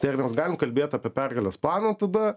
tai ar mes galim kalbėt apie pergalės planą tada